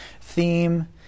theme